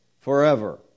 forever